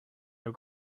your